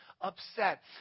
upset